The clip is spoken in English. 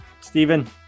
Stephen